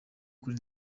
kuri